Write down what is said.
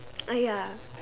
ah ya